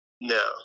No